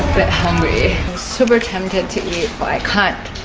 bit hungry super tempted to eat but i can't.